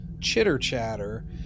chitter-chatter